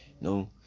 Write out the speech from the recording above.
No